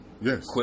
Yes